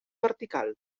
vertical